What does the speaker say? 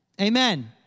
Amen